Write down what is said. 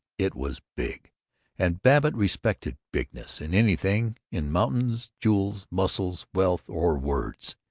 it was big and babbitt respected bigness in anything in mountains, jewels, muscles, wealth, or words.